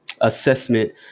assessment